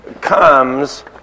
comes